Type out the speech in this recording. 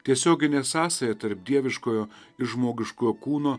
tiesioginė sąsaja tarp dieviškojo ir žmogiškojo kūno